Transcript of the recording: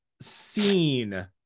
seen